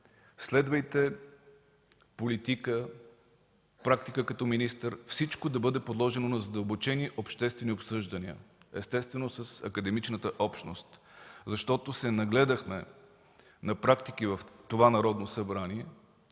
следвайте политика, практика всичко да бъде подложено на задълбочени обществени обсъждания, естествено, с академичната общност. Нагледахме се на практики в това Народно събрание,